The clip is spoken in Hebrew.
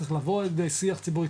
צריך לבוא לשיח ציבורי,